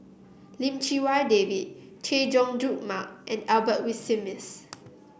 Lim Chee Wai David Chay Jung Jun Mark and Albert Winsemius